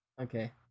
Okay